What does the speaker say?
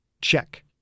Check